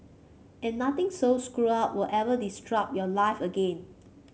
and nothing so screwed up will ever disrupt your life again